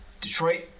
Detroit